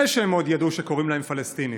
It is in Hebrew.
לפני שהם עוד ידעו שקוראים להם "פלסטינים".